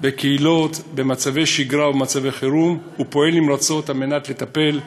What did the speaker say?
וקהילות במצבי שגרה ובמצבי חירום ופועל נמרצות כדי לטפל,